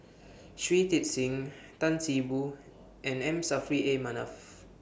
Shui Tit Sing Tan See Boo and M Saffri A Manaf